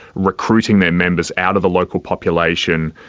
recruiting their members out of the local population,